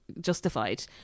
justified